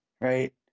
right